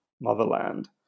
motherland